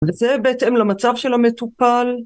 וזה בהתאם למצב של המטופל